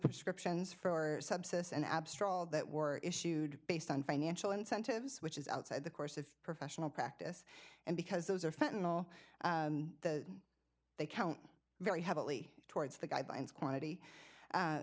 prescriptions for subsets and ab strolled that were issued based on financial incentives which is outside the course of professional practice and because those are fenton all they count very heavily towards the guidelines quantity